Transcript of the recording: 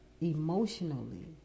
emotionally